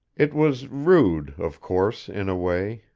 it was rude, of course, in a way,